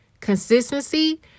consistency